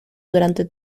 durante